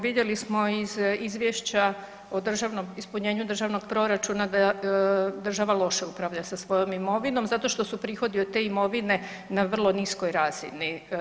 Vidjeli smo iz izvješća o ispunjenju državnog proračuna da država loše upravlja sa svojom imovinom, zato što su prihodi od te imovine na vrlo niskoj razini.